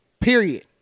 period